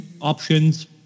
options